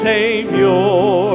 Savior